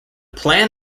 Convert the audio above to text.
plan